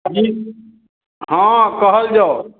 हँ कहल जाउ